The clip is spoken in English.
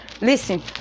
Listen